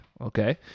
okay